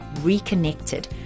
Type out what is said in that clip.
Reconnected